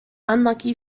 unlucky